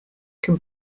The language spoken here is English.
can